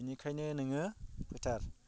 बिनिखायनो नोङो फैथार